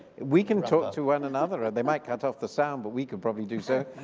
we can talk to one another and they might cut off the sound but we could probably do so.